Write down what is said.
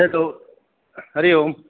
hello Hari Om